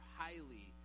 highly